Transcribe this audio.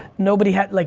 nobody had, like